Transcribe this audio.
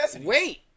wait